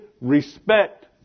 respect